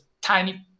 tiny